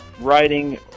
writing